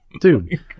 Dude